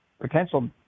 potential